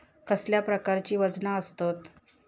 कसल्या प्रकारची वजना आसतत?